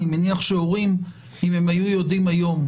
אני מניח שהורים, אם הם היו יודעים היום,